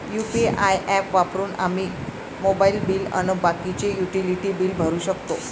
UPI app वापरून आम्ही mobile bill अन बाकीचे युटिलिटी बिल भरू शकतो